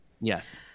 Yes